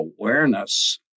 awareness